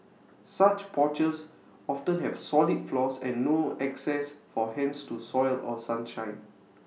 such porches often have solid floors and no access for hens to soil or sunshine